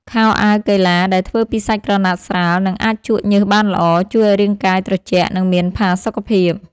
ខោអាវកីឡាដែលធ្វើពីសាច់ក្រណាត់ស្រាល និងអាចជក់ញើសបានល្អ ជួយឱ្យរាងកាយត្រជាក់ និងមានផាសុកភាព។